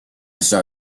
saw